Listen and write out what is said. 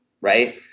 right